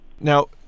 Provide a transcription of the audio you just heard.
Now